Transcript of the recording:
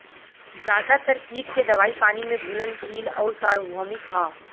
ज्यादातर कीट के दवाई पानी में घुलनशील आउर सार्वभौमिक ह?